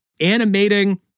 animating